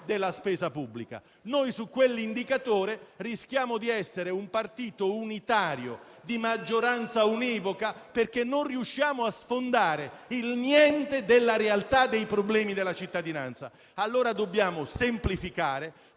della spesa pubblica. Noi su quell'indicatore rischiamo di essere un partito unitario di maggioranza univoca, perché non riusciamo a sfondare il niente della realtà dei problemi della cittadinanza. Dobbiamo allora semplificare